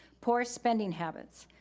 poor spending habits.